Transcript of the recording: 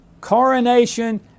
coronation